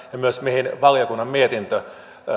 myös mihin valiokunnan mietintö